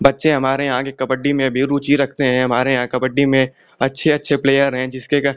बच्चे हमारे यहाँ के कबड्डी में भी रुचि रखते हैं हमारे यहाँ कबड्डी में अच्छे अच्छे प्लेयर हैं जिसके का